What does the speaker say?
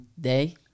Day